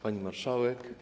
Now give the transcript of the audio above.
Pani Marszałek!